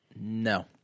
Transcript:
no